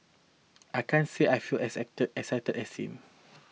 I can't say I feel as excited excited as him